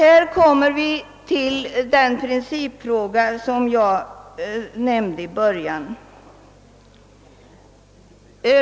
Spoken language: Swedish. Här kommer vi till den principfråga som jag nämnde i början.